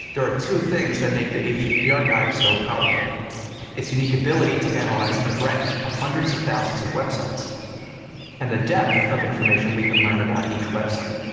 there are two things that make the http archives so powerful its unique ability to analyze the breadth of hundreds of thousands of websites and the depth of information we can learn about each website.